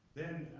then,